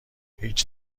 هیچ